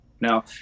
now